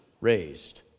raised